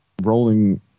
rolling